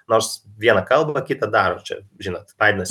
nors vieną kalba kitą daro čia žinot baidenas